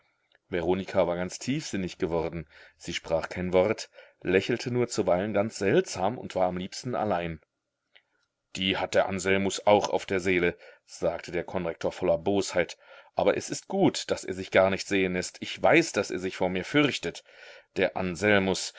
veronika war ganz tiefsinnig geworden sie sprach kein wort lächelte nur zuweilen ganz seltsam und war am liebsten allein die hat der anselmus auch auf der seele sagte der konrektor voller bosheit aber es ist gut daß er sich gar nicht sehen läßt ich weiß daß er sich vor mir fürchtet der anselmus